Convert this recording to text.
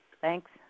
Thanks